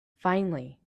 finally